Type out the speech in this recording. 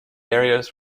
areas